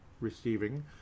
receiving